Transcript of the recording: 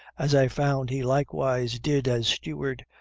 as i found he likewise did as steward,